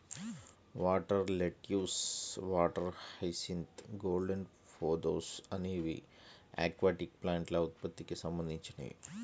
water lettuce, water hyacinth, golden pothos అనేవి aquatic ప్లాంట్ల ఉత్పత్తికి సంబంధించినవి